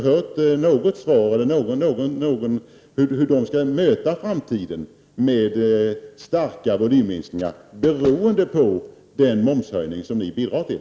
Hur skall de möta framtida volymminskningar som beror på den momshöjning som ni bidrar till?